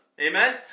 amen